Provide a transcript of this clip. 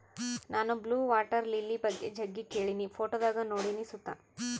ನಾನು blue water lily ಬಗ್ಗೆ ಜಗ್ಗಿ ಕೇಳಿನಿ, ಫೋಟೋದಾಗ ನೋಡಿನಿ ಸುತ